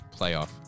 playoff